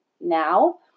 now